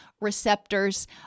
receptors